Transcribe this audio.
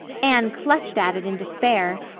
anne clutched at it in despair.